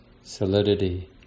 solidity